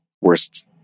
worst